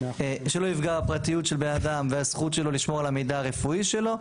שלא יפגע בפרטיות של בן אדם והזכות שלו לשמור על המידע הרפואי שלו.